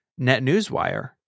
NetNewsWire